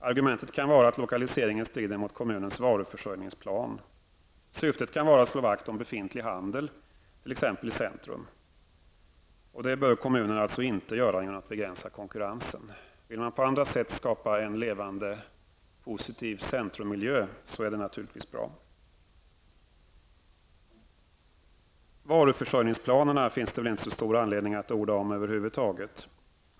Argumentet kan vara att lokaliseringen strider mot kommunens varuförsörjningsplan. Syftet kan vara att slå vakt om befintlig handel, t.ex. i centrum. Det bör kommunen inte göra genom att begränsa konkurrensen. Vill man på annat sätt skapa en levande positiv centrummiljö är det naturligtvis bra. Varuförsörjningsplanerna finns det väl inte så stor anledning att orda om.